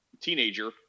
teenager